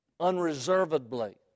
Unreservedly